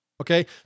okay